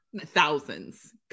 thousands